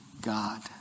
God